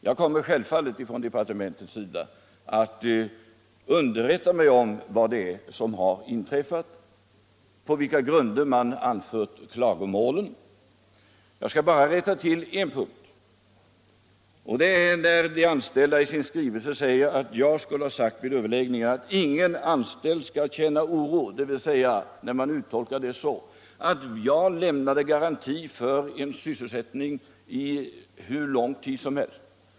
Jag kommer självfallet att för departementets räkning underrätta mig om vad som har inträffat, på vilka grunder klagomål har anförts. Jag skall bara rätta till en punkt. De anställda uppger i sin skrivelse att jag vid överläggningar skulle ha sagt att ingen anställd skall känna oro, och detta tolkar man så att jag lämnade garanti för sysselsättningen hur lång tid som helst.